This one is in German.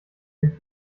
ein